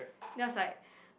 then I was like